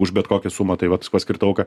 už bet kokią sumą tai vat su paskirta auka